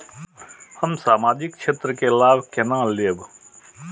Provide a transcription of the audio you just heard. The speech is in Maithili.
हम सामाजिक क्षेत्र के लाभ केना लैब?